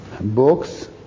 Books